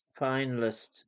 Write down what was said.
finalist